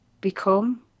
become